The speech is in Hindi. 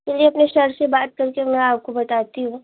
चलिए अपने शर से बात करके मैं आपको बताती हूँ